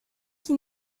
qui